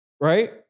Right